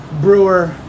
Brewer